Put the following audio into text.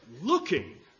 looking